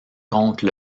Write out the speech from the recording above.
contre